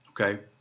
okay